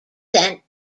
sent